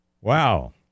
Wow